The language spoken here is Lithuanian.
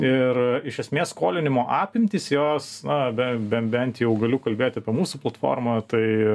ir iš esmės skolinimo apimtys jos na ben bent jau galiu kalbėti apie mūsų platformą tai